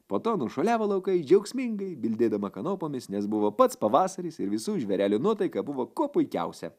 po to nušuoliavo laukais džiaugsmingai bildėdama kanopomis nes buvo pats pavasaris ir visų žvėrelių nuotaika buvo kuo puikiausia